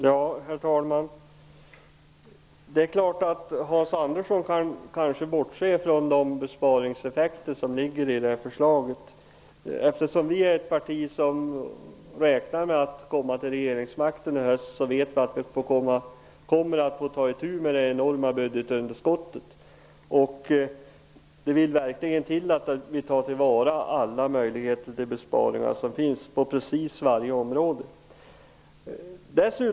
Herr talman! Det är klart att Hans Andersson kanske kan bortse från de besparingseffekter förslaget har. Eftersom Socialdemokraterna är ett parti som räknar med att komma till regeringsmakten i höst, så räknar vi med att vi kommer att få ta itu med det enorma budgetunderskottet. Det vill verkligen till att vi tar till vara alla möjligheter till besparingar på alla områden.